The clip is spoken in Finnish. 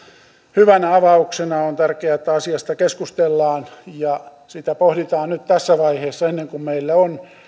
hyvänä avauksena on tärkeää että asiasta keskustellaan ja sitä pohditaan nyt tässä vaiheessa ennen kuin meillä on